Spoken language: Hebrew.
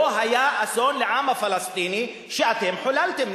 פה היה אסון לעם הפלסטיני, שאתם חוללתם.